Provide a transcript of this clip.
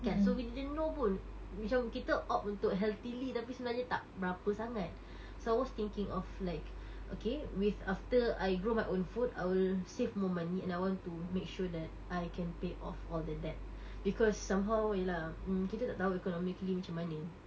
kan so we didn't know pun macam kita opt untuk healthily tapi sebenarnya tak berapa sangat so I was thinking of like okay with after I grow my own food I will save more money and I want to make sure that I can pay off all the debt because somehow ya lah mm kita tahu economically macam mana